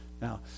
Now